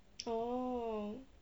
oh